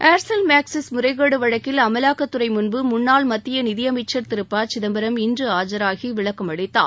Aircel Maxis பண முறைகேடு வழக்கில் அமலாக்கத்துறை முன்பு முன்னாள் மத்திய நிதியமைச்சர் திரு ப சிதம்பரம் இன்று ஆஜராகி விளக்கம் அளித்தார்